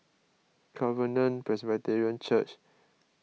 Covenant Presbyterian Church Jalan Merbok and Desker Road